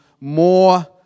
more